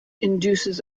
induces